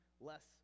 less